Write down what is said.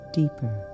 deeper